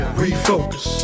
refocus